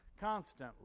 constantly